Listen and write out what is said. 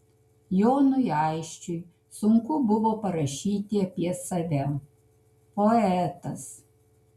jonui aisčiui sunku buvo parašyti apie save poetas